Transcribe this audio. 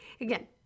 again